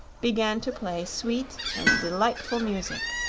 began to play sweet and delightful music.